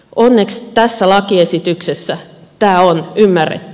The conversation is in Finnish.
onneksi tässä lakiesityksessä tämä on ymmärretty